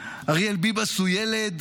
אריאל ביבס הוא ילד